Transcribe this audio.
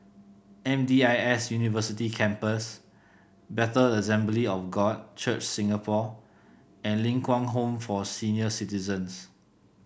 M D I S University Campus Bethel Assembly of God Church Singapore and Ling Kwang Home for Senior Citizens